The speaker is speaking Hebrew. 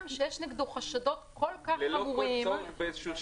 שיש נגדו חשדות חמורים כל כך ויש להם זיקה -- ללא כל צורך בשימוע?